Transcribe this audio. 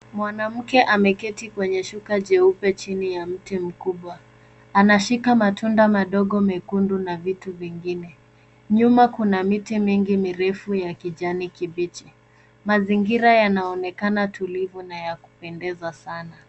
Mwanamke ameketi kwenye shuka jeupe chini kwenye mti mkubwa, anashika matunda madogo mekundu na vitu vingine. Nyuma kuna miti mingi mirefu ya kijani kibichi. Mazingira yanaonekana tulivu na ya kupendeza sana.